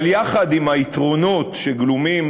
אבל יחד עם היתרונות שגלומים